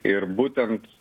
ir būtent